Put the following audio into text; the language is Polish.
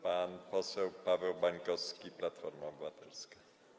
Pan poseł Paweł Bańkowski, Platforma Obywatelska.